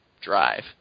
drive